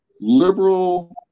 Liberal